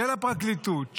של הפרקליטות,